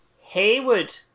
Haywood